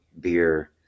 beer